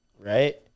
Right